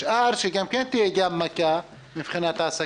השאר שגם תהיה להם מכה בהעסקה,